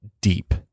deep